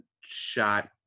shot